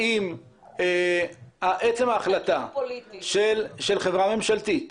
האם עצם ההחלטה של חברה ממשלתית